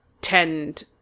tend